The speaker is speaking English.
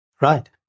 Right